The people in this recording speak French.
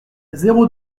zéro